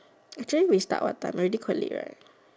actually we start what time already quite late leh